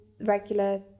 regular